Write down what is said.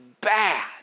bad